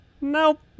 nope